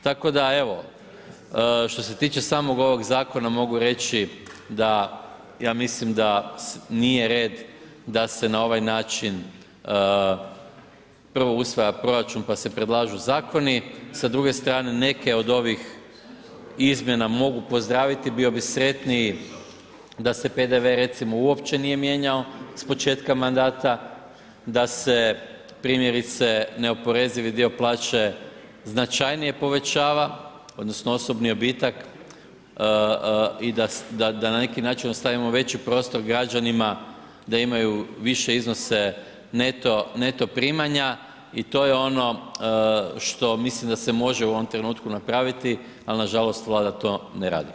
Tako da evo, što se tiče samog ovog zakona, mogu reći da ja mislim da nije red da se na ovaj način prvo usvaja proračun pa se predlažu zakoni, sa druge strane neke od ovih izmjena mogu pozdraviti, bio bi sretniji da se PDV recimo uopće nije mijenjao s početka mandata, da se primjerice neoporezivi dio plaće značajnije povećava odnosno osobni odbitak i da na neki način ostavim veći prostor građanima da imaju više iznose neto primanja i to je ono što mislim da se može u ovom trenutku napraviti ali nažalost Vlada to ne radi.